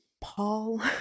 Paul